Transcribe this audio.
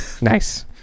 nice